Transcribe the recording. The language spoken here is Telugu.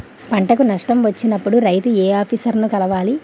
పంటకు నష్టం వచ్చినప్పుడు రైతు ఏ ఆఫీసర్ ని కలవాలి?